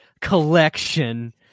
Collection